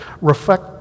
reflect